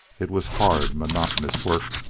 it was hard, monotonous work,